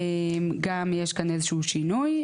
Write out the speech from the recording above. גם יש כאן איזשהו שינוי,